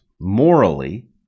morally